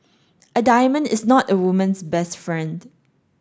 a diamond is not a woman's best friend